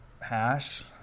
Hash